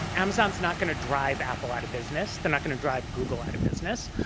amazon is not going to drive apple out of business. they're not going to drive google out of business.